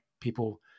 people